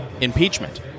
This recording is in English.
impeachment